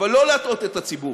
אבל לא להטעות את הציבור: